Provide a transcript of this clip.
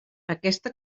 aquesta